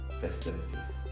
festivities